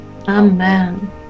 Amen